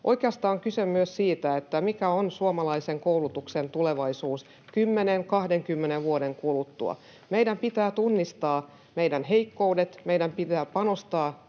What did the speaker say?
oikeastaan kyse myös siitä, mikä on suomalaisen koulutuksen tulevaisuus 10, 20 vuoden kuluttua. Meidän pitää tunnistaa meidän heikkoudet,